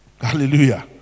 Hallelujah